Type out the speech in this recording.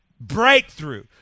breakthrough